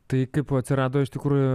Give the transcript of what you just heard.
tai kaip atsirado iš tikrųjų